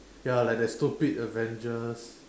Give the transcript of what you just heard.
ya like that stupid Avengers